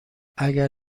اگر